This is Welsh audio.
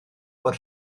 fod